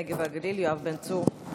הנגב והגליל יואב בן צור.